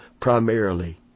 primarily